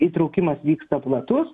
įtraukimas vyksta platus